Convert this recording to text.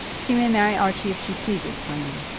she may marry archie, if she pleases, for me.